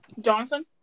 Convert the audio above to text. Jonathan